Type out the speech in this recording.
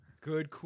Good